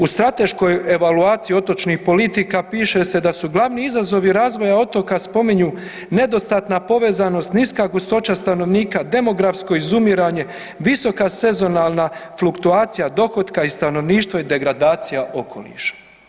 U strateškoj evaluaciji otočnih politika piše se da su glavni izazovi razvoja otoka spominju nedostatna povezanost, niska gustoća stanovnika, demografsko izumiranje, visoka sezonalna fluktuacija dohotka i stanovništva i degradacija okoliša.